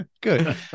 Good